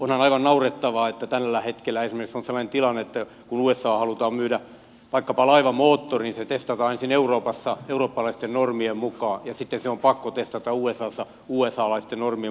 onhan aivan naurettavaa että tällä hetkellä esimerkiksi on sellainen tilanne että kun usahan halutaan myydä vaikkapa laivan moottori niin se testataan ensin euroopassa eurooppalaisten normien mukaan ja sitten se on pakko testata usassa usalaisten normien mukaan